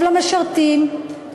טוב למשרתים,